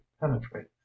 penetrate